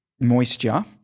moisture